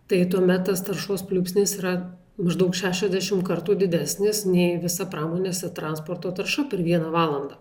tai tuomet tas taršos pliūpsnis yra maždaug šešiadešim kartų didesnis nei visa pramonės ir transporto tarša per vieną valandą